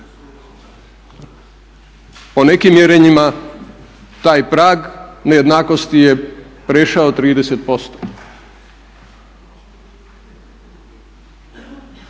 Po nekim mjerenjima taj prag nejednakosti je prešao 30%.